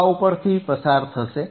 આ ઉપરથી પસાર થશે